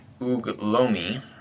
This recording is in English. Uglomi